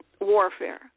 warfare